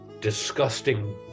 disgusting